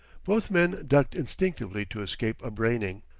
both men ducked instinctively, to escape a braining.